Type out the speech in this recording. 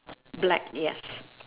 black yes